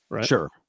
Sure